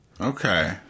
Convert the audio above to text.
Okay